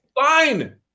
Fine